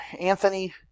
Anthony